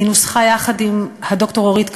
היא נוסחה יחד עם הד"ר אורית קמיר,